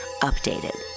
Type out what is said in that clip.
Updated